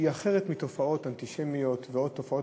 היא אחרת מתופעות אנטישמיות ועוד תופעות,